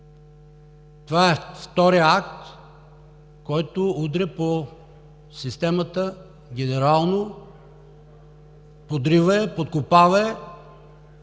Това е вторият акт, който удря по системата генерално, подрива я, подкопава